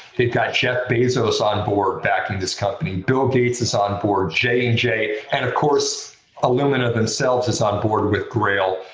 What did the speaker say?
they've got jeff bezos on board backing this company, bill gates is on board, j and j, and of course illumina themselves is on board with grail.